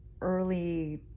early